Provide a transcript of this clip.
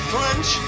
French